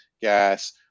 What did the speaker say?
gas